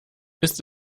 ist